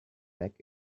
back